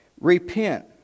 Repent